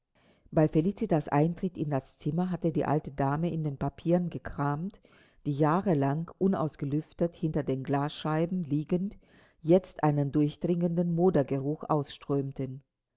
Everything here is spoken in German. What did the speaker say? bei felicitas eintritt in das zimmer hatte die alte dame in den papieren gekramt die jahrelang unausgelüftet hinter den glasscheiben liegend jetzt einen durchdringenden modergeruch ausströmten